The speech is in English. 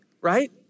right